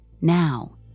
Now